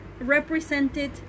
represented